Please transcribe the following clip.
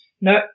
No